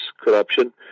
corruption